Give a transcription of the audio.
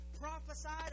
prophesied